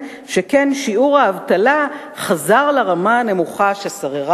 שכן שיעור האבטלה חזר לרמה הנמוכה ששררה